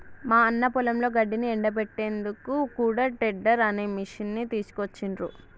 మా అన్న పొలంలో గడ్డిని ఎండపెట్టేందుకు కూడా టెడ్డర్ అనే మిషిని తీసుకొచ్చిండ్రు